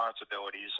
responsibilities